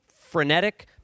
frenetic